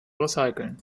recyceln